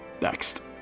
Next